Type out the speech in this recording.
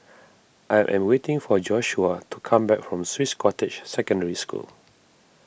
I am waiting for Joshuah to come back from Swiss Cottage Secondary School